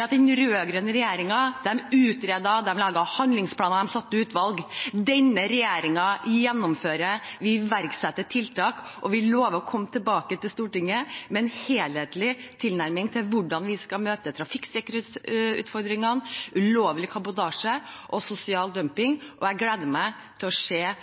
at den rød-grønne regjeringen utredet, den laget handlingsplaner, den satte ned utvalg – denne regjeringen gjennomfører, vi iverksetter tiltak. Vi lover å komme tilbake til Stortinget med en helhetlig tilnærming til hvordan vi skal møte trafikksikkerhetsutfordringene, ulovlig kabotasje og sosial dumping. Jeg gleder meg til å behandle